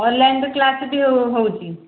ଅନଲାଇନ୍ରେ କ୍ଲାସ୍ ବି ହେଉଛି